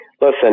listen